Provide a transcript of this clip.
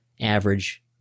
average